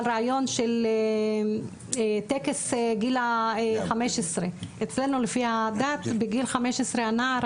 רעיון של טקס גיל 15. אצלנו לפי הדת בגיל 15 הנער,